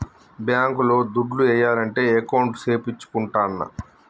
bank లో దుడ్లు ఏయాలంటే అకౌంట్ సేపిచ్చుకుంటాన్న